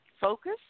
Focus